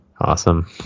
awesome